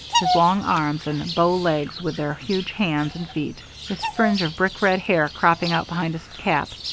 his long arms and bow legs with their huge hands and feet, his fringe of brick-red hair cropping out behind his cap,